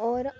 होर